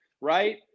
Right